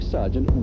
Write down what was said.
Sergeant